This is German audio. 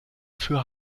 für